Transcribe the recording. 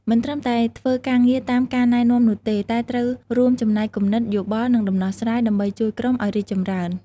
មិនត្រឹមតែធ្វើការងារតាមការណែនាំនោះទេ តែត្រូវរួមចំណែកគំនិត យោបល់ និងដំណោះស្រាយ ដើម្បីជួយក្រុមឱ្យរីកចម្រើន។